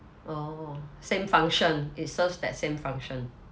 oh same function it serves that same function